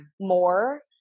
more